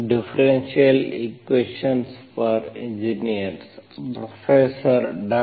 differential equations for engineers professor ಡಾ